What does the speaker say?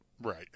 Right